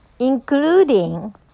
including